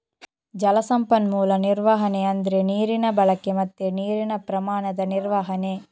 ಜಲ ಸಂಪನ್ಮೂಲ ನಿರ್ವಹಣೆ ಅಂದ್ರೆ ನೀರಿನ ಬಳಕೆ ಮತ್ತೆ ನೀರಿನ ಪ್ರಮಾಣದ ನಿರ್ವಹಣೆ